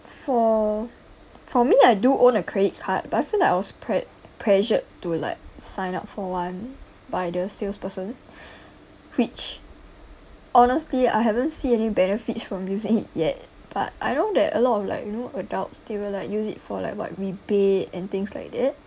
for for me I do own a credit card but I feel like I was pre~ pressured to like sign up for one by the salesperson which honestly I haven't see any benefits from using it yet but I know that a lot of like you know adults they will like use it for like what rebate and things like that